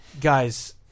guys